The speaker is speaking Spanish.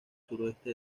suroeste